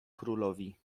królowi